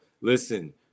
listen